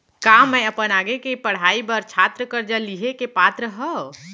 का मै अपन आगे के पढ़ाई बर छात्र कर्जा लिहे के पात्र हव?